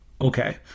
okay